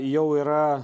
jau yra